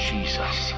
Jesus